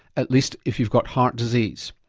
at least if you've got heart disease.